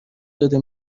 داده